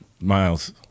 Miles